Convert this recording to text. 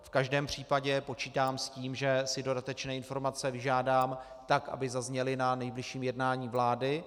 V každém případě počítám s tím, že si dodatečné informace vyžádám, tak aby zazněly na nejbližším jednání vlády.